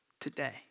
today